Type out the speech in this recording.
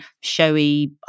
showy